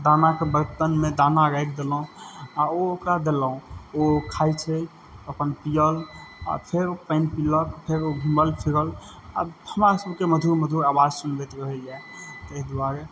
दानाके बर्तनमे दाना राखि देलहुॅं आ ओकरा देलौहुॅं ओ खाइ छै अपन पीयल आ फेर पानि पीलक फेर ओ घुमल फिरल आ हमरा सबके मधुर मधुर आवाज सुनबैत रहैया ताहि दुआरे